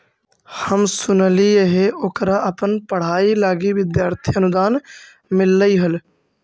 हम सुनलिइ हे ओकरा अपन पढ़ाई लागी विद्यार्थी अनुदान मिल्लई हल